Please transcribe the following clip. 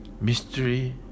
mystery